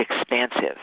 expansive